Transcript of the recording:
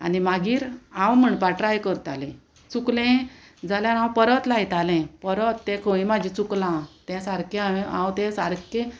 आनी मागीर हांव म्हणपा ट्राय करतालें चुकलें जाल्यार हांव परत लायतालें परत तें खंय म्हाजें चुकलां तें सारकें हांव हांव तें सारकें